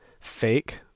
fake